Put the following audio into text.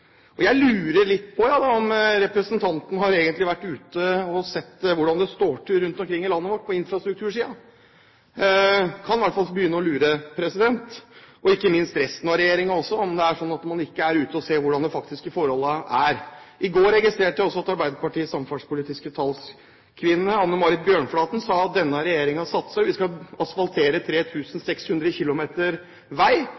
Jeg lurer litt på om representanten egentlig har vært ute og sett hvordan det står til rundt omkring i landet vårt på infrastruktursiden – man kan i hvert fall begynne å lure – og ikke minst regjeringen også. Er man ikke ute og ser hvordan de faktiske forholdene er? I går registrerte jeg også at Arbeiderpartiets samferdselspolitiske talskvinne, Anne Marit Bjørnflaten, sa at denne regjeringen satset, vi skal asfaltere 3 600 km vei.